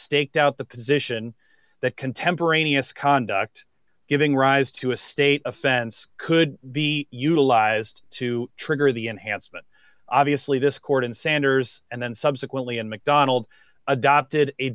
staked out the position that contemporaneous conduct giving rise to a state offense could be utilized to trigger the enhancement obviously this court in sanders and then subsequently in mcdonald adopted a